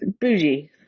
bougie